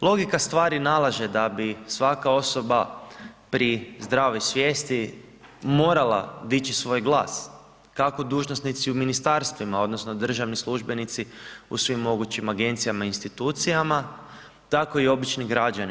Logika stvari nalaže da bi svaka osoba pri zdravoj svijesti morala dići svoj glas, kako dužnosnici u ministarstvima odnosno državni službenici u svim mogućim agencijama, institucijama tako i obični građani.